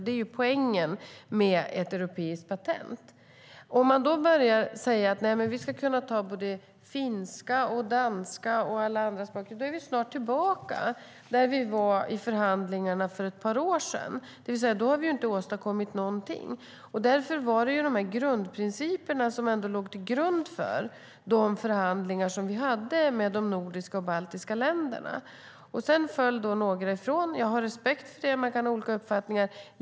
Det är ju poängen med ett europeiskt patent. Om vi börjar säga att vi ska kunna ta finska och danska och alla andra språk är vi snart tillbaka där vi var i förhandlingarna för ett par år sedan, det vill säga att då har vi inte åstadkommit någonting. Därför var det de här grundprinciperna som låg till grund för de förhandlingar vi hade med de nordiska och baltiska länderna. Sedan föll några ifrån - jag har respekt för det; man kan ha olika uppfattningar.